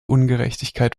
ungerechtigkeit